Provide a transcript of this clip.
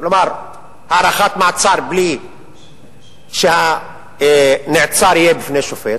כלומר להארכת מעצר בלי שהנעצר יהיה בפני שופט,